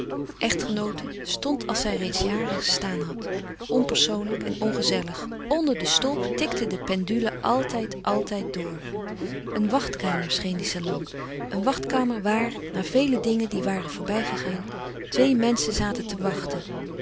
echtgenooten stond als zij reeds jaren gestaan had onpersoonlijk en ongezellig onder de stolp tikte de pendule altijd altijd door een wachtkamer scheen die salon een wachtkamer waar na vele dingen die waren voorbijgegaan twee menschen zaten te wachten